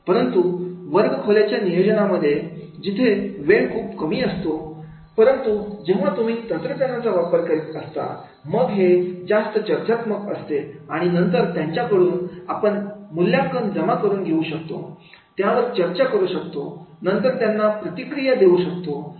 परंतु वर्गखोल्या च्या नियोजनामध्ये तिथे वेळ खूप कमी असतो परंतु जेव्हा तुम्ही तंत्रज्ञानाचा वापर करीत असतात मग हे जास्त चर्चात्मक असते आणि नंतर त्यांच्याकडून आपण मूल्यांकन जमा करून घेऊ शकतो त्यावर चर्चा करू शकतो नंतर त्यांना प्रतिक्रिया देऊ शकतो